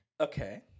Okay